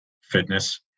fitness